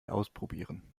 ausprobieren